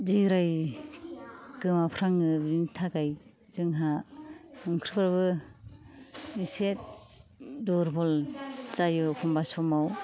दिराय गोमाफ्लाङो बिनि थाखाय जोंहा ओंख्रिफ्रावबो एसे दुरबल जायो एखनबा समाव